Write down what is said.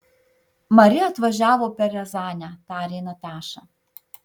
mari atvažiavo per riazanę tarė nataša